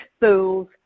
fools